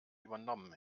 übernommen